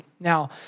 Now